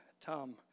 Tom